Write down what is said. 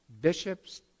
bishops